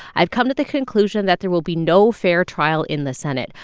i've come to the conclusion that there will be no fair trial in the senate.